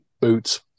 boots